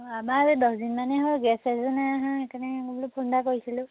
অঁ আমাৰ আজি দহদিন মানেই হ'ল গেছ চেছো নাই আহা সেই কাৰণে মই বোলো ফোন এটা কৰিছিলোঁ